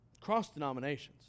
Cross-denominations